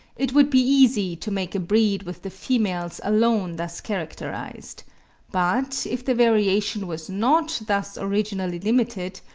it would be easy to make a breed with the females alone thus characterised but if the variation was not thus originally limited,